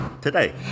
today